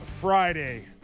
Friday